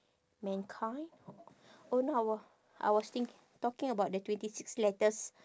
mankind oh no our I was thinki~ talking about the twenty six letters